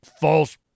false